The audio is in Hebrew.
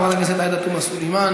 חברת הכנסת עאידה תומא סלימאן.